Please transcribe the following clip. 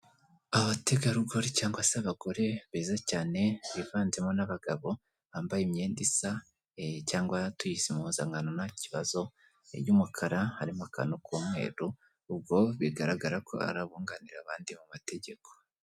Abategarugori cyangwa se abagore beza cyane bivanzemo n'abagabo bambaye imyenda isa, cyangwa tuyise impuhozankano ntakibazo y'umukara harimo akantu k'umweru, ubwo bigaragara ko ari abunganira abandi mu mategeko.